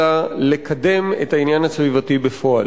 אלא לקדם את העניין הסביבתי בפועל.